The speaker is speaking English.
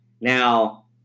Now